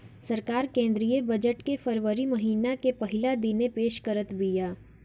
सरकार केंद्रीय बजट के फरवरी महिना के पहिला दिने पेश करत बिया